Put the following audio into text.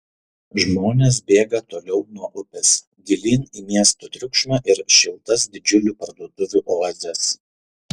žmonės bėga toliau nuo upės gilyn į miesto triukšmą ir šiltas didžiulių parduotuvių oazes